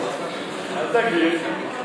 אל תגזים.